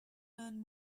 learn